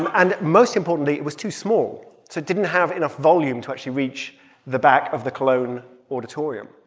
and and most importantly, it was too small, so it didn't have enough volume to actually reach the back of the cologne auditorium.